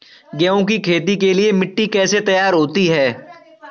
गेहूँ की खेती के लिए मिट्टी कैसे तैयार होती है?